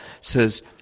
says